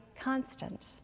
constant